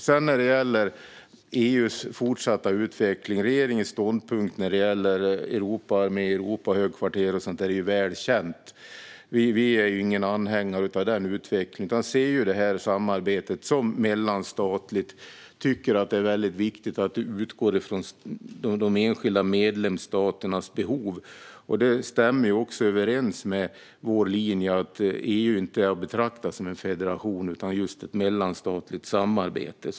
När det sedan gäller EU:s fortsatta utveckling är regeringens ståndpunkt när det gäller Europaarmé, Europahögkvarter och sådant väl känd. Vi är inga anhängare av den utvecklingen. Vi ser samarbetet som mellanstatligt och tycker att det är väldigt viktigt att det utgår från de enskilda medlemsstaternas behov. Det stämmer också överens med vår linje att EU inte är att betrakta som en federation utan just ett mellanstatligt samarbete.